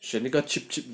选一个 cheap cheap 的 okay 了